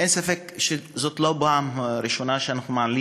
אין ספק שזאת לא הפעם הראשונה שאנחנו מעלים